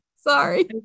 Sorry